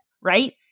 right